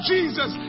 Jesus